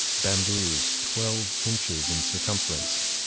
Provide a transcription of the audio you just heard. bamboos twelve inches in circumference.